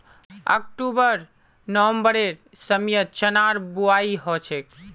October नवंबरेर समयत चनार बुवाई हछेक